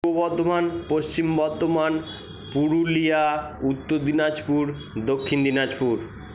Purba Bardhaman Paschim Bardhaman Purulia Uttar Dinajpur Dakshin Dinajpur